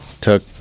took